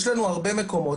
יש לנו הרבה מקומות,